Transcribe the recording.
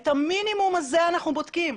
את המינימום הזה אנחנו בודקים.